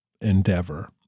endeavor